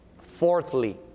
Fourthly